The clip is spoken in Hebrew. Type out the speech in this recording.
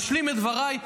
אשלים את דבריי,